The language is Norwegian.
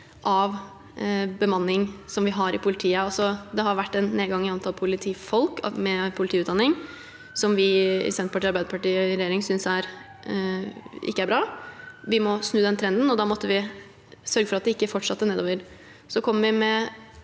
i finansieringen av politiet en nedgang i antall politifolk med politiutdanning, som vi i Senterpartiet og Arbeiderpartiet i regjering ikke synes er bra. Vi må snu den trenden, og da måtte vi sørge for at det ikke fortsatte nedover. Vi kommer med